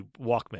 Walkman